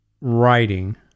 writing